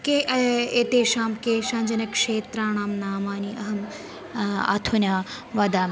के एतेषां केषाञ्चनक्षेत्राणां नामानि अहम् अधुना वदामि